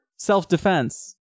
Self-defense